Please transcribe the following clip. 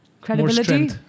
Credibility